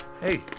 Hey